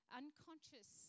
unconscious